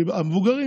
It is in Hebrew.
כי המבוגרים,